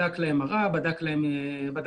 בדק להן מראה,